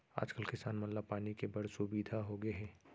आज कल किसान मन ला पानी के बड़ सुबिधा होगे हे